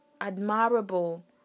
admirable